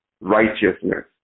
righteousness